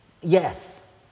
Yes